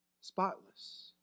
spotless